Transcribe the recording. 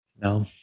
No